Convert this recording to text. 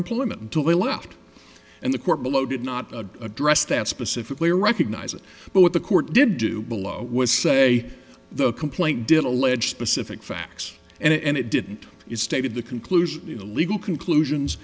employment until they left and the court below did not address that specifically recognize it but what the court did do below was say the complaint did alleged specific facts and it didn't you stated the conclusion the legal conclusions